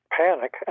panic